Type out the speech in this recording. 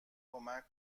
کمک